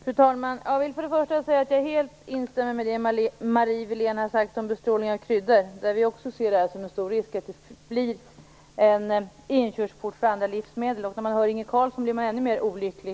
Fru talman! Jag vill säga att jag helt instämmer i det Marie Wilén har sagt om bestrålning av kryddor. Också vi ser det som en stor risk att det blir en inkörsport för andra livsmedel. När man hör Inge Carlsson blir man ännu mer olycklig.